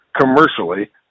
commercially